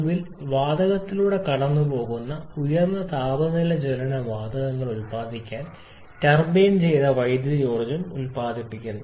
ഒടുവിൽ വാതകത്തിലൂടെ കടന്നുപോകുന്ന ഉയർന്ന താപനില ജ്വലന വാതകങ്ങൾ ഉത്പാദിപ്പിക്കാൻ ടർബൈൻ ചെയ്ത് വൈദ്യുതോർജ്ജം ഉത്പാദിപ്പിക്കുന്നു